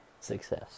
success